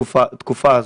התקופה הזו.